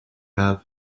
have